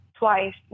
twice